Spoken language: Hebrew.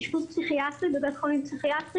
אשפוז פסיכיאטרי בבית חולים פסיכיאטרי